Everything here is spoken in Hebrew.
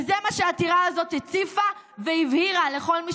וזה מה שהעתירה הזאת הציפה והבהירה לכל מי